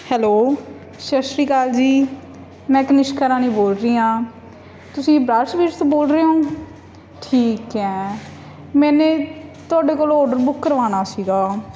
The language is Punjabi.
ਹੈਲੋ ਸਤਿ ਸ਼੍ਰੀ ਅਕਾਲ ਜੀ ਮੈਂ ਕਨਿਕਸ਼ਾ ਰਾਣੀ ਬੋਲ ਰਹੀ ਹਾਂ ਤੁਸੀਂ ਬਰਾੜ ਸਵੀਟਸ ਤੋਂ ਬੋਲ ਰਹੇ ਹੋ ਠੀਕ ਹੈ ਮੈਨੇ ਤੁਹਾਡੇ ਕੋਲ ਆਰਡਰ ਬੁੱਕ ਕਰਵਾਉਣਾ ਸੀਗਾ